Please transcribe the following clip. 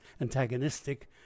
antagonistic